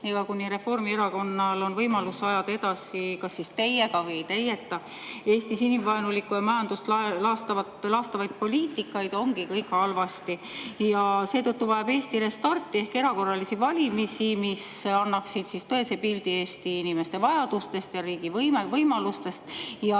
kui Reformierakonnal on võimalus ajada kas teiega või teieta Eestis edasi inimvaenulikku ja majandust laastavat poliitikat, ongi kõik halvasti. Seetõttu vajab Eesti restarti ehk erakorralisi valimisi, mis annaksid tõese pildi Eesti inimeste vajadustest, riigi võimalustest ja